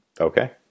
okay